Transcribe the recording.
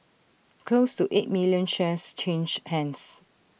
close to eight million shares changed hands